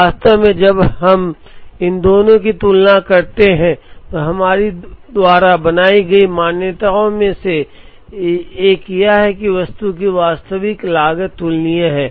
वास्तव में जब हम इन दोनों की तुलना करते हैं तो हमारे द्वारा बनाई गई मान्यताओं में से एक यह है कि वस्तु की वास्तविक लागत तुलनीय है